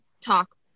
talk